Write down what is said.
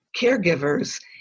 caregivers